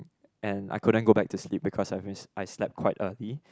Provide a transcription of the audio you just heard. and I couldn't go back to sleep because been I slept quite early